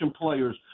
players